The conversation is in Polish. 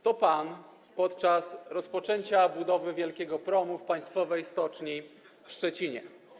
To pan podczas rozpoczęcia budowy wielkiego promu w państwowej stoczni w Szczecinie.